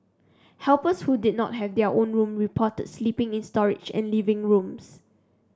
helpers who did not have their own room reported sleeping in storage and living rooms